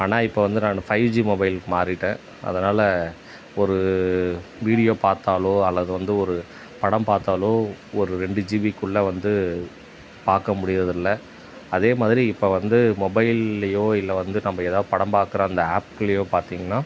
ஆனால் இப்போ வந்து நான் ஃபைவ் ஜி மொபைலுக்கு மாறிவிட்டேன் அதனால் ஒரு வீடியோ பார்த்தாலோ அல்லது வந்து ஒரு படம் பார்த்தாலோ ஒரு ரெண்டு ஜிபிக்குள்ளே வந்து பார்க்க முடிகிறதில்ல அதே மாதிரி இப்போ வந்து மொபைல்லேயோ இல்லை வந்து நம்ம ஏதாவது படம் பார்க்கற அந்த ஆப்புலேயோ பார்த்தீங்கன்னா